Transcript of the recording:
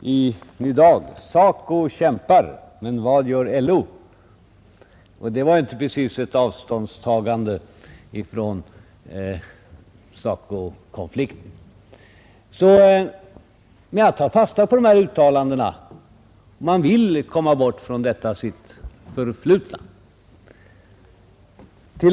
i Ny Dag av det slag som stod att läsa t.ex. den 3 februari: ”SACO kämpar men vad gör LO?” Det var inte precis ett avståndstagande från SACO-konflikten. Men jag tar fasta på dessa uttalanden — man vill komma bort från detta sitt förflutna.